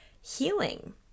healing